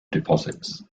deposits